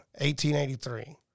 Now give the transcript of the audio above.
1883